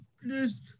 please